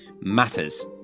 matters